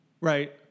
right